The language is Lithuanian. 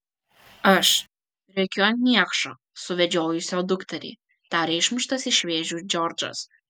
aš rėkiu ant niekšo suvedžiojusio dukterį tarė išmuštas iš vėžių džordžas